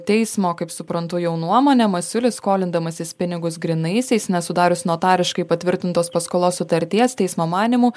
teismo kaip suprantu jau nuomone masiulis skolindamasis pinigus grynaisiais nesudarius notariškai patvirtintos paskolos sutarties teismo manymu